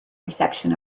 reception